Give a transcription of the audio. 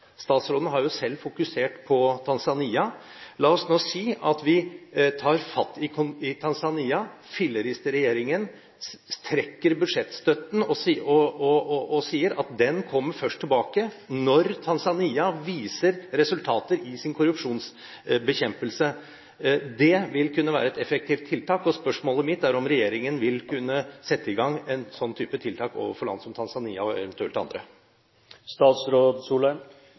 Statsråden har selv fokusert på Tanzania. La oss nå si at vi tar fatt i Tanzania, fillerister regjeringen, trekker budsjettstøtten og sier at den kommer først tilbake når Tanzania viser resultater i sin korrupsjonsbekjempelse. Det vil kunne være et effektivt tiltak – og spørsmålet mitt er om regjeringen vil kunne sette i gang den type tiltak overfor land som Tanzania og eventuelt